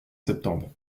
septembre